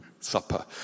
supper